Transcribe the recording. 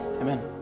Amen